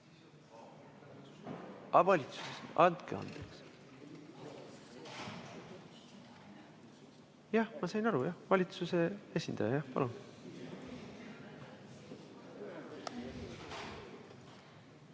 Jah, ma sain aru, jah, valitsuse esindaja.